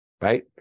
right